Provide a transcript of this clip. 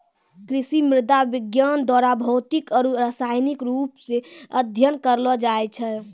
कृषि मृदा विज्ञान द्वारा भौतिक आरु रसायनिक रुप से अध्ययन करलो जाय छै